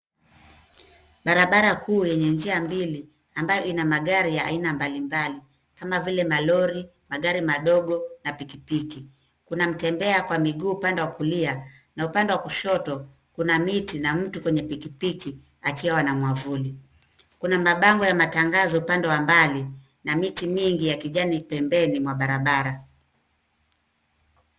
Barabara kuu yenye njia mbili ambayo ina magari ya aina mbalimbali kama vile malori, magari madogo na pikipiki. Kuna mtembea kwa miguu upande wa kulia na upande wa kushoto kuna miti na mtu kwenye pikipiki akiwa na mwavuli. Kuna mabango ya matangazo upande wa mbali na miti mingi ya kijani pembeni mwa barabara.